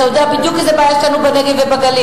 אתה יודע בדיוק איזו בעיה יש לנו בנגב ובגליל.